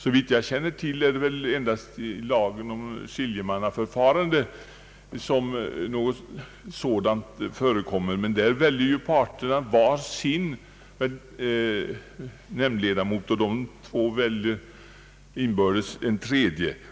Såvitt jag känner till är det endast enligt lagen om skiljemannaförfarande som något sådant förekommer, men där väljer ju parterna var sin skiljeman, och de två väljer en tredje.